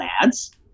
ads